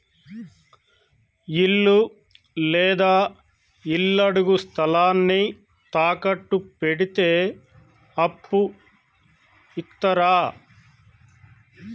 ఇల్లు లేదా ఇళ్లడుగు స్థలాన్ని తాకట్టు పెడితే అప్పు ఇత్తరా?